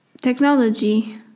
technology